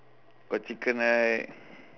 got chicken right